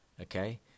okay